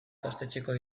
ikastetxeko